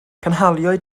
cynhaliwyd